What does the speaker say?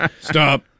Stop